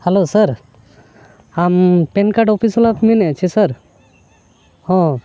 hello sir ᱟᱢ PAN card office ᱵᱟᱞᱟ ᱢᱮᱱᱮᱜᱼᱟ ᱪᱮ ᱥᱟᱨ ᱦᱚᱸ